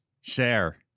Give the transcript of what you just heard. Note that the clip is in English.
share